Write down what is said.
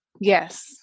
Yes